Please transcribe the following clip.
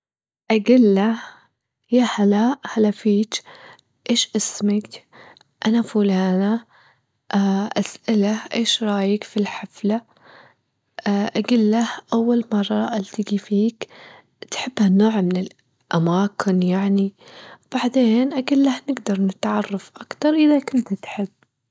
أجله يا هلا- هلا فيتش، إيش اسمك؟ أنا فلانة أسأله أيش رايك في الحفلة، أجله أول مرة ألتجي فيك، تحب ها النوع من الأماكن يعني، بعدين أجله نجدر نتعرف أكتر إذا كنت تحب.